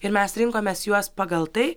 ir mes rinkomės juos pagal tai